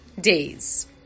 days